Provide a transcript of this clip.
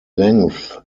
length